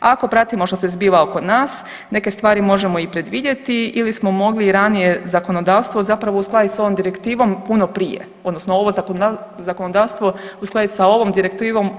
Ako pratimo što se zbiva oko nas, neke stvari možemo i predvidjeti ili smo mogli i ranije zakonodavstvo zapravo uskladiti s ovom direktivom puno prije odnosno ovo zakonodavstvo uskladiti sa ovom direktivom.